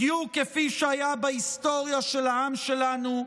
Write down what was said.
בדיוק כפי שהיה בהיסטוריה של העם שלנו,